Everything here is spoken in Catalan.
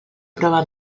prova